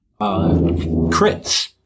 crits